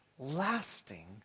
Lasting